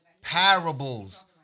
Parables